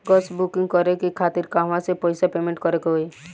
Gas booking करे के खातिर कहवा से पैसा पेमेंट करे के होई?